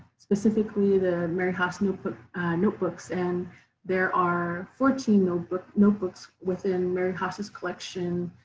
specifically the mary haas notebooks notebooks and there are fourteen notebooks notebooks within mary haas's collection